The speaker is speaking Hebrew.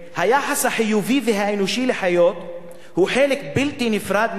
היחס החיובי והאנושי לחיות הוא חלק בלתי נפרד מהאמונה,